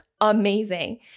amazing